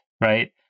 right